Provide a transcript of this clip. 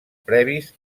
previs